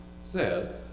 says